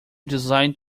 designed